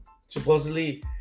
supposedly